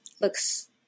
looks